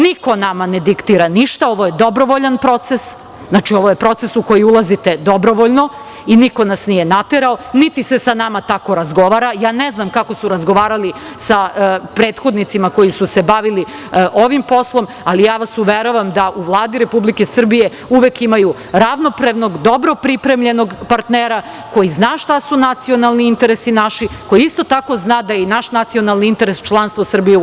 Niko nama ne diktira ništa, ovo je dobrovoljan proces, znači ovo je proces u koji ulazite dobrovoljno i niko nas nije naterao, niti se sa nama tako razgovara, ja ne znam kako su razgovarali sa prethodnicima koji su se bavili ovim poslom ali ja vas uveravam da u Vladi Republike Srbije uvek imaju ravnopravnog dobro pripremljenog partnera, koji zna šta su nacionalni interesi naši, koji isto tako zna da je i naš nacionalni interes članstvo Srbije u EU.